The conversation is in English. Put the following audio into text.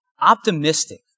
optimistic